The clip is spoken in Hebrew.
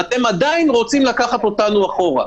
ואתם עדיין רוצים לקחת אותנו אחורה.